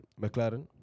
McLaren